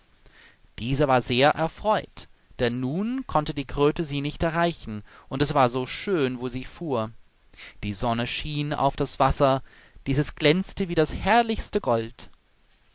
diese war sehr erfreut denn nun konnte die kröte sie nicht erreichen und es war so schön wo sie fuhr die sonne schien auf das wasser dieses glänzte wie das herrlichste gold